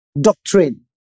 doctrine